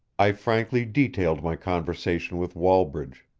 i frankly detailed my conversation with wallbridge.